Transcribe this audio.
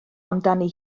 amdani